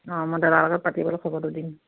অঁ মই দাদাৰ লগত পাতি পেলাই খবৰটো দিম